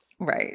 Right